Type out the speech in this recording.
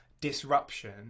disruption